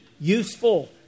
useful